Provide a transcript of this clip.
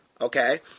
Okay